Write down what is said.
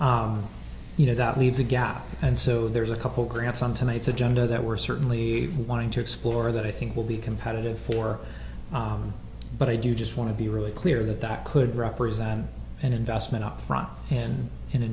you know that leaves a gap and so there's a couple grants on tonight's agenda that we're certainly wanting to explore that i think will be competitive for but i do just want to be really clear that that could represent an investment up front and in a